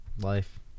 life